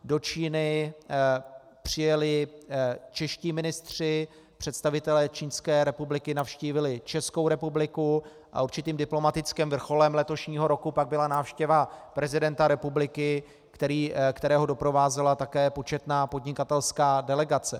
Do Číny přijeli čeští ministři, představitelé Čínské republiky navštívili Českou republiku a určitým diplomatickým vrcholem letošního roku pak byla návštěva prezidenta republiky, kterého doprovázela také početná podnikatelská delegace.